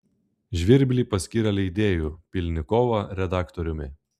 žvirblį paskyrė leidėju pylnikovą redaktoriumi